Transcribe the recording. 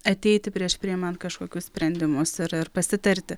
ateiti prieš priimant kažkokius sprendimus ir ir pasitarti